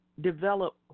develop